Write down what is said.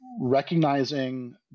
recognizing